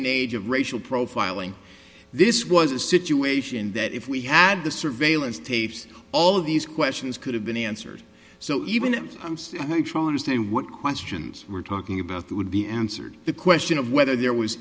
and age of racial profiling this was a situation that if we had the surveillance tapes all of these questions could have been answered so even if i'm still trying to say what questions we're talking about that would be answered the question of whether there was